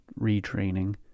retraining